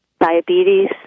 diabetes